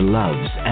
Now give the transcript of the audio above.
loves